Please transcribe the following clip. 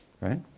Right